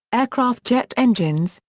aircraft jet engines,